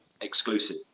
exclusive